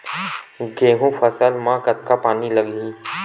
गेहूं के फसल म कतका पानी लगही?